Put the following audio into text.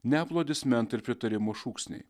ne aplodismentai ir pritarimo šūksniai